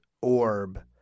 orb